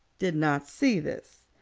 did not see this.